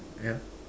ya